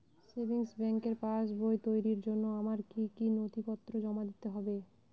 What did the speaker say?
Savings ব্যাংকের পাসবই তৈরির জন্য আমার কি কি নথিপত্র জমা দিতে হবে?